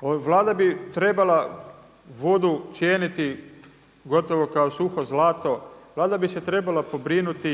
Vlada bi trebala vodu cijeniti gotovo kao suho zlato. Vlada bi se trebala pobrinuti